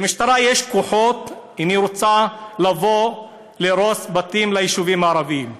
למשטרה יש כוחות אם היא רוצה לבוא להרוס בתים ליישובים הערביים,